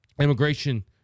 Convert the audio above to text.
immigration